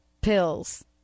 pills